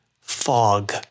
fog